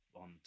on